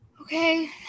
Okay